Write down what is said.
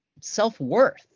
self-worth